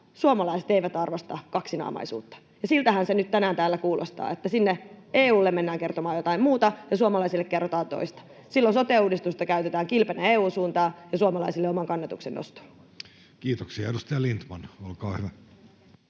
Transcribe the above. suomalaiset eivät arvosta kaksinaamaisuutta, ja siltähän se nyt tänään täällä kuulostaa, että sinne EU:lle mennään kertomaan jotain muuta ja suomalaisille kerrotaan toista. Silloin sote-uudistusta käytetään kilpenä EU:n suuntaan ja suomalaisille oman kannatuksen nostoon. Kiitoksia. — Edustaja Lindtman, olkaa hyvä.